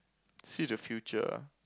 see the future ah